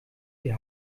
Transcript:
die